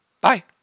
Bye